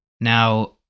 Now